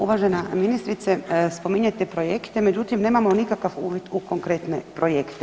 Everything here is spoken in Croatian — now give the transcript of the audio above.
Uvažena ministrice, spominjete projekte, međutim nemamo nikakav uvid u konkretne projekte.